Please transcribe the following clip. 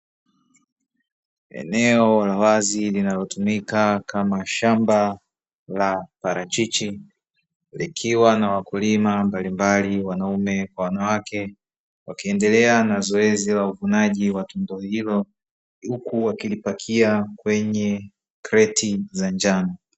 Eneo la wazi linalotumika kama shamba la parachichi, likiwa na wakulima mbalimbali wanaume kwa wanawake, wakiendelea na zoezi la uvunaji wa tunda hilo huku wakilipakia kwenye kreti za njano.